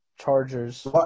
Chargers